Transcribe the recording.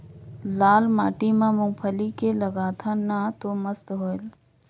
लाल माटी म मुंगफली के लगाथन न तो मस्त होयल?